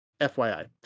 FYI